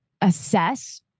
assess